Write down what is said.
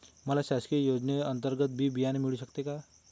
मला शासकीय योजने अंतर्गत बी बियाणे मिळू शकतात का?